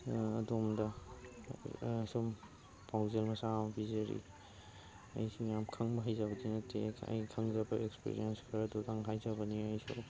ꯑꯗꯣꯝꯗ ꯁꯨꯝ ꯄꯥꯎꯖꯦꯜ ꯃꯆꯥ ꯑꯃ ꯄꯤꯖꯔꯤ ꯑꯩꯁꯦ ꯌꯥꯝ ꯈꯪꯕ ꯍꯩꯕꯗꯤ ꯅꯠꯇꯦ ꯑꯩꯅ ꯈꯪꯖꯕ ꯑꯦꯛꯁꯄꯤꯔꯤꯌꯦꯟꯁ ꯈꯔꯗꯨꯇꯪ ꯍꯥꯏꯖꯕꯅꯤ ꯑꯩꯁꯨ